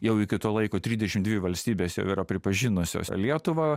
jau iki to laiko trisdešim dvi valstybės jau yra pripažinusios lietuvą